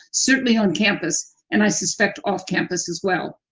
certainly on campus, and i suspect off campus as well.